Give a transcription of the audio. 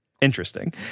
interesting